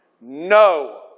no